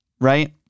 right